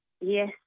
Yes